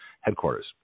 headquarters